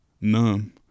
numb